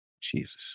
Jesus